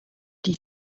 die